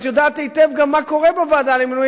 את יודעת היטב גם מה קורה בוועדה למינוי